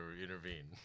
intervene